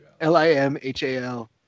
L-I-M-H-A-L